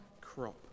crop